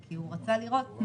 הוא עושה את